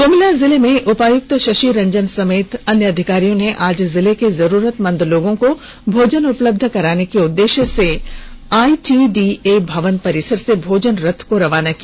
गुमला जिले में उपायुक्त शशि रंजन समेत अन्य अधिकारियों ने आज जिले के जरूरतमंद लोगों को भोजन उपलब्ध कराने के उद्देश्य से आईटीडीए भवन परिसर से भोजन रथ को रवाना किया